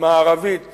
מערבית